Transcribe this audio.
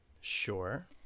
sure